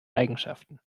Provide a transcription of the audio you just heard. eigenschaften